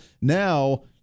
now